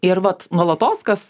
ir vat nuolatos kas